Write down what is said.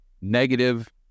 negative